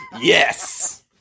Yes